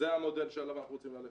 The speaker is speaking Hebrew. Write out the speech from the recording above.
זה המודל שעליו אנחנו רוצים ללכת.